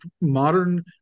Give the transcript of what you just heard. modern